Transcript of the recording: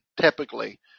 typically